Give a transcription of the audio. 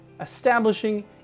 establishing